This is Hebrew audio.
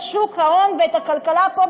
את שוק ההון ואת הכלכלה פה,